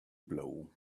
blow